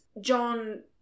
John